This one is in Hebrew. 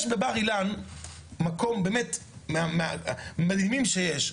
יש בבר אילן מקום מהמדהימים שיש,